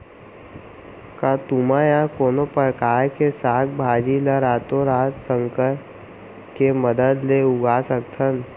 का तुमा या कोनो परकार के साग भाजी ला रातोरात संकर के मदद ले उगा सकथन?